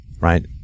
right